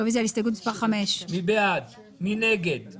רוויזיה על הסתייגות מספר 5. מי בעד קבלת הרוויזיה?